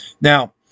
now